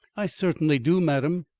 i certainly do, madam.